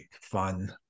fun